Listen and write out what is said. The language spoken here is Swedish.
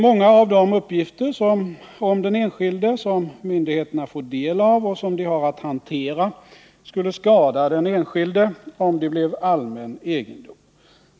Många av de uppgifter om den enskilde som myndigheterna får del av och som de har att hantera skulle skada den enskilde om de blev allmän egendom.